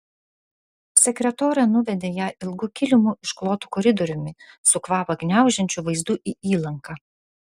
sekretorė nuvedė ją ilgu kilimu išklotu koridoriumi su kvapą gniaužiančiu vaizdu į įlanką